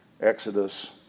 Exodus